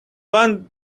one